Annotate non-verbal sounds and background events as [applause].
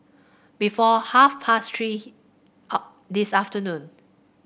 before half past Three [unintelligible] this afternoon